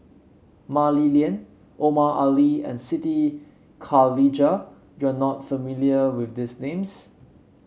Mah Li Lian Omar Ali and Siti Khalijah you are not familiar with these names